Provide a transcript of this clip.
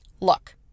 Look